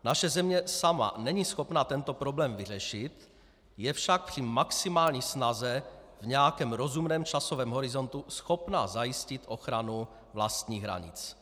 Naše země sama není schopna tento problém vyřešit, je však při maximální snaze v nějakém rozumném časovém horizontu schopna zajistit ochranu vlastních hranic.